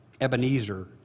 Ebenezer